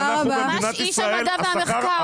במצב הנוכחי,